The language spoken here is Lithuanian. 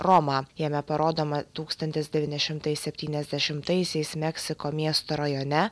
roma jame parodoma tūkstantis devyni šimtai septyniasdešimtaisiais meksiko miesto rajone